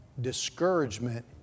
Discouragement